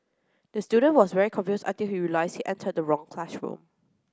the student was very confused until he realised he entered the wrong classroom